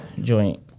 joint